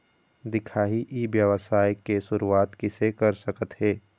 दिखाही ई व्यवसाय के शुरुआत किसे कर सकत हे?